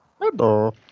Hello